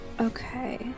Okay